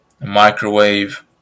microwave